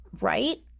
right